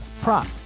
prop